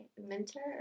Mentor